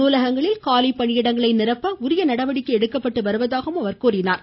நூலகங்களில் காலி பணியிடங்களை நிரப்புவதற்கு நடவடிக்கை எடுக்கப்பட்டு வருவதாக கூறினார்